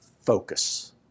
focus